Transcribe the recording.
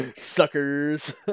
Suckers